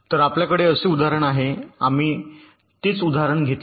तर आपल्याकडे असे उदाहरण आहे आम्ही तेच उदाहरण घेतले